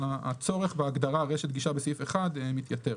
אבל הצורך בהגדרה רשת גישה בסעיף 1 מתיירת.